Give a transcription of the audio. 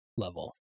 Level